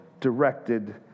directed